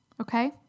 okay